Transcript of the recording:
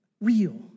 real